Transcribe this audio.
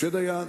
משה דיין.